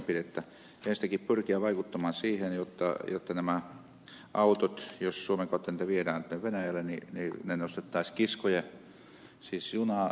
ensinnäkin pitää pyrkiä vaikuttamaan siihen jotta nämä autot jos suomen kautta niitä viedään venäjälle nostettaisiin junanvaunuihin ja sitä kautta kuljetettavaksi